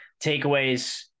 Takeaways –